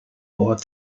bord